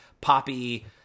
poppy